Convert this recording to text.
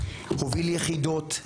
הוביל יחידות,